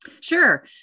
Sure